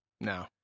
no